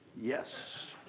yes